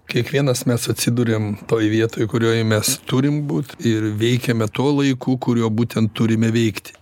kiekvienas mes atsiduriam toj vietoj kurioj mes turim būt ir veikiame tuo laiku kuriuo būtent turime veikti